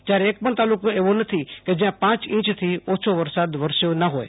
જ્યારે એક પણ તાલુ કો એવો નથી કે જ્યાં પાંચ ઈંચથી ઓછો વરસાદ વરસ્યો ના હોથ